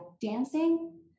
dancing